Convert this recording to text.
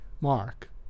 Mark